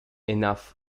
enough